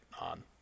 on